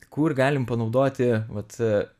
kur galim panaudoti vat